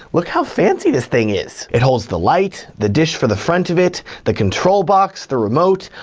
look how fancy this thing is. it holds the light, the dish for the front of it, the control box, the remote,